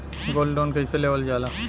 Gold loan कईसे लेवल जा ला?